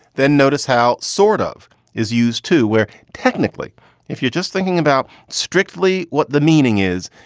then notice how sort of is used to where technically if you're just thinking about strictly what the meaning is,